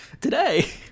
Today